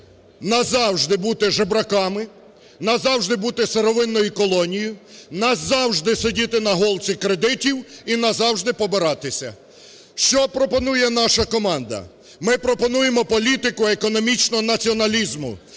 назавжди бути жебраками, назавжди бути сировинною колонію, назавжди сидіти на голці кредитів і назавжди побиратися. Що пропонує наша команда? Ми пропонуємо політику економічного націоналізму,